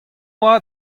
boa